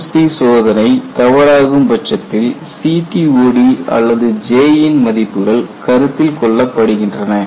K1C சோதனைத் தவறாகும் பட்சத்தில் CTOD அல்லது J மதிப்புகள் கருத்தில் கொள்ளப்படுகின்றன